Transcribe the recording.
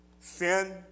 Sin